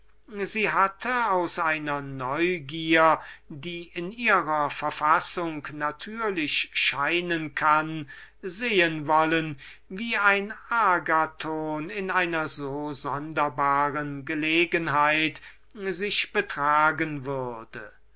sie hatte aus einer neugierigkeit die in ihrer verfassung natürlich scheinen kann sehen wollen wie ein agathon bei einer so schlüpfrigen gelegenheit sich betragen würde